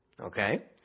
Okay